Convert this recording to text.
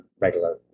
regular